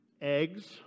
eggs